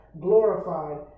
glorified